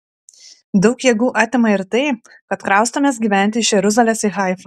daug jėgų atima ir tai kad kraustomės gyventi iš jeruzalės į haifą